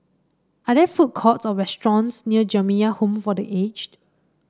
are there food courts or restaurants near Jamiyah Home for The Aged